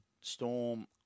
Storm